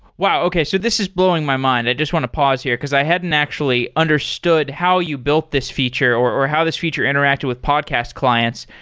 wow! okay. so, this is blowing my mind. i just want to pause here, because i hadn't actually understood how you built this feature or or how this feature interacted with podcast clients.